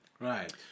Right